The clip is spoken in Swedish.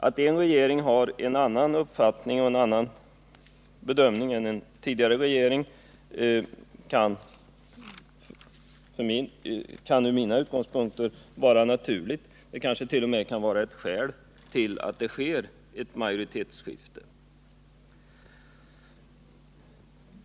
Att en regering haren annan uppfattning och bedömning än en tidigare kan med mina utgångspunkter vara naturligt — det kan kanske t.o.m. vara ett skäl till att det sker ett majoritetsskifte.